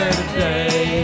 today